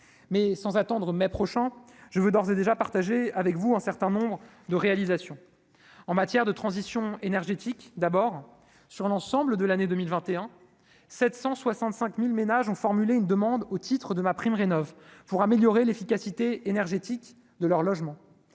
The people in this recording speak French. mais sans attendre mai prochain je veux d'ores et déjà partager avec vous un certain nombre de réalisations en matière de transition énergétique d'abord sur l'ensemble de l'année 2021 765000 ménages ont formulé une demande au titre de ma prime rénovent pour améliorer l'efficacité énergétique de leur logement,